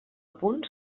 apunt